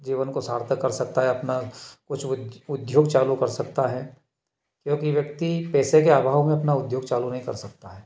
जीवन को सार्थक कर सकता है अपने कुछ उद्योग चालू कर सकता है बहुत ही व्यक्ति पैसे के अभाव में अपना उद्योग चालू नहीं कर सकता है